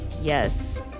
Yes